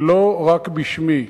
ולא רק בשמי,